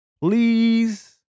Please